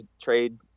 trade